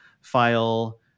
file